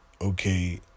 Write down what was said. okay